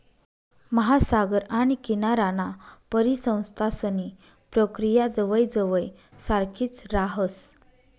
महासागर आणि किनाराना परिसंस्थांसनी प्रक्रिया जवयजवय सारखीच राहस